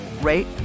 rate